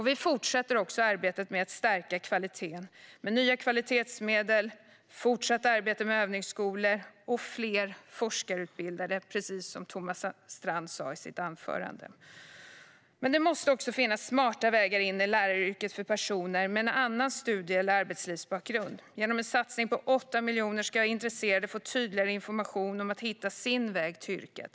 Vi fortsätter också arbetet med att stärka kvaliteten med nya kvalitetsmedel, fortsatt arbete med övningsskolor och fler forskarutbildade, precis som Thomas Strand sa i sitt anförande. Det måste också finnas smarta vägar in i läraryrket för personer med en annan studie och arbetslivsbakgrund. Genom en satsning på 8 miljoner ska intresserade få tydligare information för att hitta sin väg till yrket.